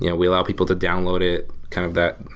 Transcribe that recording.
yeah we allow people to download it, kind of that.